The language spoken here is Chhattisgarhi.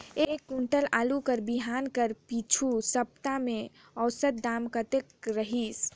एक कुंटल आलू बिहान कर पिछू सप्ता म औसत दाम कतेक रहिस?